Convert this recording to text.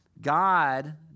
God